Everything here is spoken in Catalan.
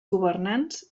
governants